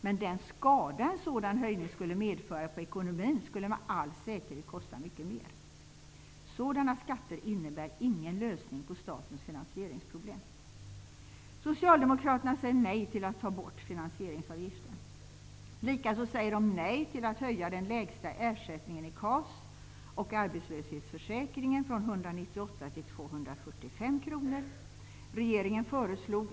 Men den skada en sådan höjning skulle medföra på ekonomin skulle med all säkerhet kosta mycket mer. Sådana skatter innebär ingen lösning på statens finansieringsproblem. Socialdemokraterna säger nej till att ta bort finansieringsavgiften. Likaså säger de nej till att höja den lägsta ersättningen i KAS och arbetslöshetsförsäkringen från 198 kr till 245 kr.